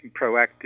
proactive